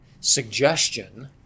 suggestion